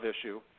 issue